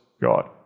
God